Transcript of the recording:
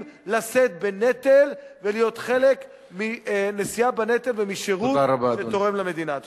לשאת בנטל ולהיות חלק מנשיאה בנטל ומשירות שתורם למדינה.